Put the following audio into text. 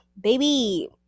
baby